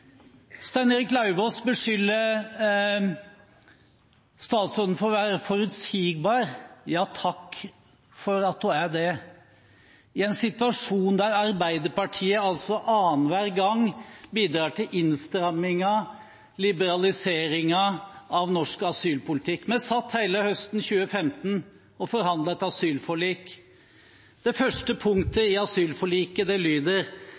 Stein Erik Lauvås beskylder statsråd Listhaug for å være forutsigbar. Ja, takk for at hun er det – i en situasjon der Arbeiderpartiet annen hver gang bidrar til innstramming og liberalisering av norsk asylpolitikk. Vi satt hele høsten 2015 og forhandlet om et asylforlik, og det første punktet i asylforliket lyder: